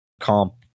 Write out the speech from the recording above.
comp